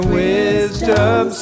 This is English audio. wisdom